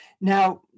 Now